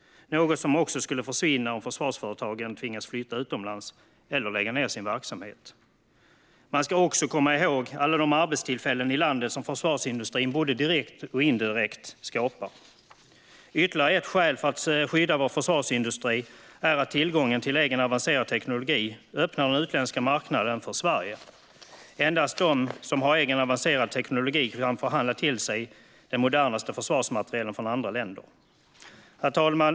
Det är också något som skulle försvinna om försvarsföretagen tvingades flytta utomlands eller lägga ned sin verksamhet. Man ska även komma ihåg alla de arbetstillfällen i landet som försvarsindustrin skapar både direkt och indirekt. Ytterligare ett skäl att skydda vår försvarsindustri är att tillgången till egen avancerad teknologi öppnar den utländska marknaden för Sverige. Endast de som har egen avancerad teknologi kan förhandla till sig den modernaste försvarsmaterielen från andra länder. Herr talman!